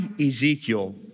Ezekiel